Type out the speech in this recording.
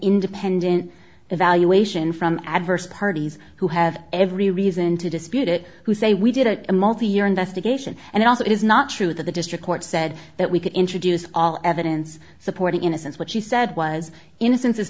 independent evaluation from adverse parties who have every reason to dispute it who say we did it a multi year investigation and also it is not true that the district court said that we can introduce all evidence supporting innocence what she said was innocence is